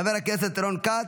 חבר הכנסת רון כץ,